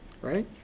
right